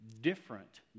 different